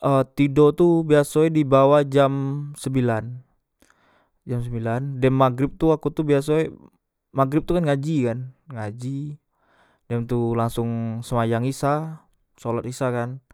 e tido tu biasoe dibawah jam sembilan jam sembilan dem magrib tu akutu biasoe magrib tukan ngaji kan ngaji dem tu langsong sembayang isya sholat isya kan